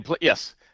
Yes